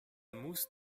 mousse